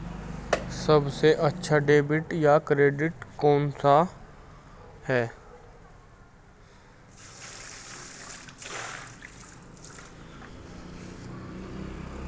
सबसे अच्छा डेबिट या क्रेडिट कार्ड कौन सा है?